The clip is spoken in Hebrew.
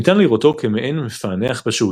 ניתן לראותו כמעין מפענח פשוט,